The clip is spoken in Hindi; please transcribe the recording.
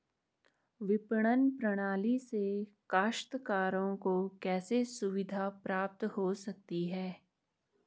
विपणन प्रणाली से काश्तकारों को कैसे सुविधा प्राप्त हो सकती है?